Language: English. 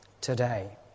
today